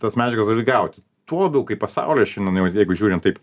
tas medžiagas gali gauti tuo labiau kai pasaulyje šiandien ir vat jeigu žiūrint taip